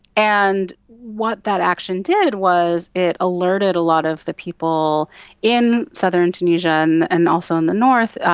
and what that action did was it alerted a lot of the people in southern tunisia and and also in the north,